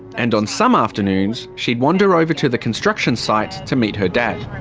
and on some afternoons, she'd wander over to the construction site to meet her dad.